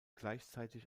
gleichzeitig